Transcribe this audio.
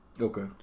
Okay